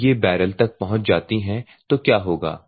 जब ये बैरल तक पहुँच जाती हैं तो क्या होगा